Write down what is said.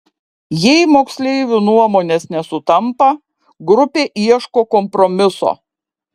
jei moksleivių nuomonės nesutampa grupė ieško kompromiso